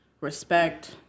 respect